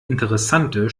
interessante